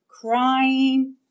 crying